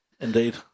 Indeed